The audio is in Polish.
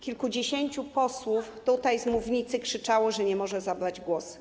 Kilkudziesięciu posłów z mównicy krzyczało, że nie może zabrać głosu.